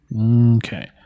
okay